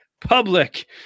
public